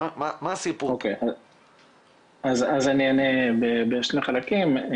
אני אענה בשני חלקים.